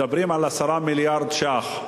מדברים על 10 מיליארד שקלים.